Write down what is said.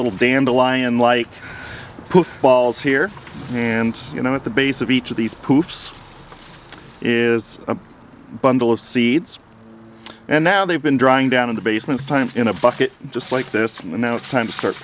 little dandelion like balls here and you know at the base of each of these poops is a bundle of seeds and now they've been drawing down in the basement times in a bucket just like this and now it's time to start